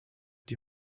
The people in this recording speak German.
die